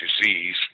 disease